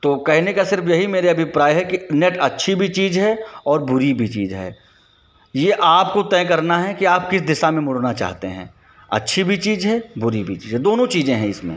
तो कहने का सिर्फ़ यही मेरे अभिप्राय है कि नेट अच्छी भी चीज़ है और बुरी भी चीज़ है यह आपको तय करना है कि आप किस दिशा में मुड़ना चाहते हैं अच्छी भी चीज़ है बुरी भी चीज़ है दोनों चीज़ें हैं इसमें